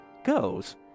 Goes